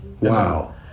Wow